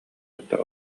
кытта